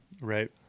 right